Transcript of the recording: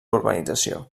urbanització